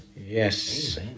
Yes